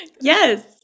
Yes